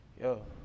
Yo